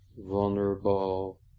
vulnerable